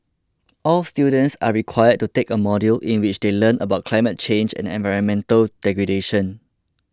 all students are required to take a module in which they learn about climate change and environmental degradation